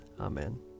Amen